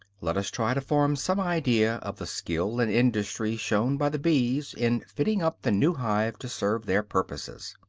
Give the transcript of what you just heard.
let us try to form some idea of the skill and industry shown by the bees in fitting up the new hive to serve their purposes.